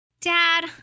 Dad